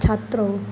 ଛାତ୍ର